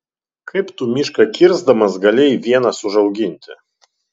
kaip tu mišką kirsdamas galėjai vienas užauginti